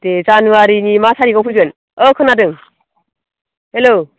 दे जानुवारिनि मान थारिखआव फैगोन औ खानादों हेल'